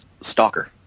Stalker